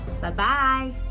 Bye-bye